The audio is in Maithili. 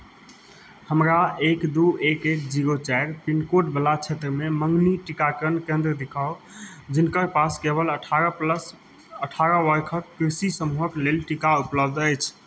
हमरा एक दू एक एक जीरो चारि पिनकोडवला क्षेत्रमे मङ्गनीक टीकाकरण केन्द्र देखाउ जिनकर पास केवल अठारह प्लस अठारह वर्षक कृषि समूहक लेल टीका उपलब्ध अछि